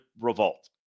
revolt